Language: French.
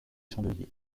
chandeliers